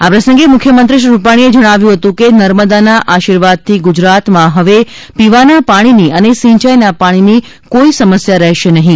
આ પ્રસંગે મુખ્યમંત્રી શ્રી રૂપાણીએ જણાવ્યું હતું કે નર્મદાના આશીર્વાદથી ગુજરાતમાં હવે પીવાના પાણીની અને સિંચાઈના પાણીની કોઈ સમસ્યા રહેશે નહીં